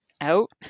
out